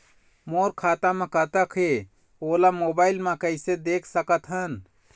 मोर खाता म कतेक हे ओला मोबाइल म कइसे देख सकत हन?